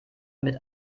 mit